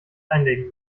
einlegen